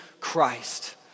Christ